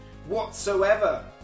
Whatsoever